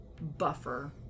Buffer